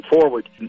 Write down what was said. forward